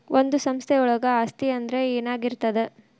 ಒಂದು ಸಂಸ್ಥೆಯೊಳಗ ಆಸ್ತಿ ಅಂದ್ರ ಏನಾಗಿರ್ತದ?